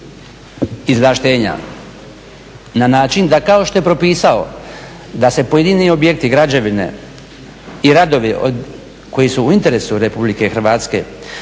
izvlaštenja na način da kako što je propisao da se pojedini objekti, građevini i radovi koji su u interesu Republike Hrvatske,